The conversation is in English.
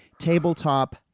tabletop